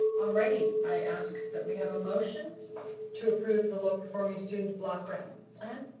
alrighty, i asked that we have a motion to approve the low performing students block grant plan.